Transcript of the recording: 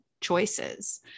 choices